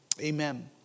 Amen